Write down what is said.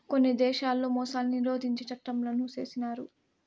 కొన్ని దేశాల్లో మోసాన్ని నిరోధించే చట్టంలను చేసినారు